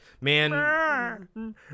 man